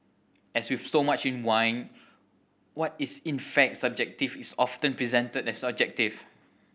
as with so much in wine what is in fact subjective is often presented as objective